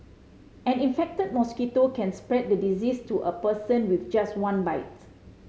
an infected mosquito can spread the disease to a person with just one bite